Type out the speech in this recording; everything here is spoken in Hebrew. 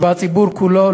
והציבור כולו,